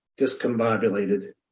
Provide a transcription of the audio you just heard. discombobulated